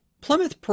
Plymouth